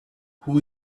who